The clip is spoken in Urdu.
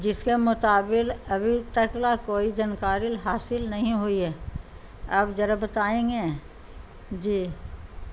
جس کے مطابق ابھی تک کوئی جانکاری حاصل نہیں ہوئی ہے آپ ذرا بتائیں گے جی